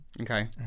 Okay